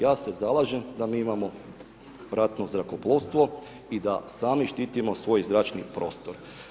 Ja se zalažem da mi imamo ratno zrakoplovstvo i da sami štitimo svoj zračni prostor.